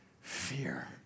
fear